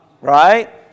right